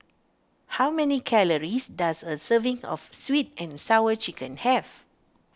how many calories does a serving of Sweet and Sour Chicken have